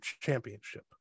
Championship